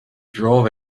drove